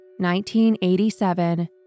1987